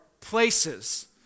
places